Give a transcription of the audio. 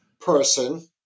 person